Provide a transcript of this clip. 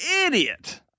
idiot